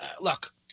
look